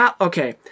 okay